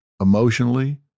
emotionally